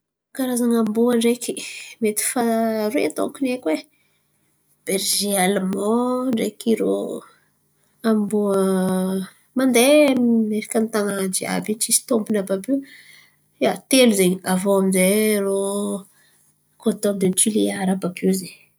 Karazan̈a amboa ndraiky mety fa aroe donko ny haiko e. Berize alimana ndraiky irô amboa mandeha eraka ny tanan̈a àby io tsisy tompiny àby àby io, telo zen̈y aviô amizay irô kotodetoliara àby àby io zen̈y.